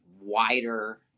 wider